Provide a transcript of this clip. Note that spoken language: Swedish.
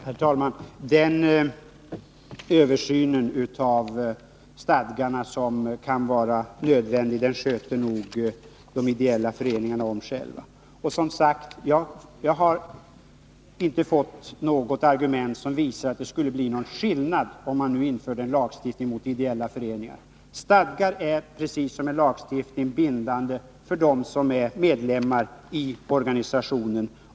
Herr talman! Den översyn av stadgarna som kan vara nödvändig sköter nog de ideella föreningarna om själva. Sammanfattningsvis: Jag har inte fått något argument som visar att det skulle bli någon skillnad om vi införde en lagstiftning om ideella föreningar. Stadgar är precis som en lagstiftning bindande för dem som är medlemmar i organisationen.